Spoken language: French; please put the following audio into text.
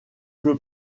que